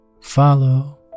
Follow